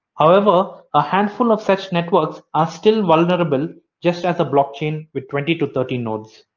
however, a handful of such networks are still vulnerable just as a blockchain with twenty to thirty nodes.